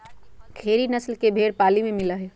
खेरी नस्ल के भेंड़ पाली में मिला हई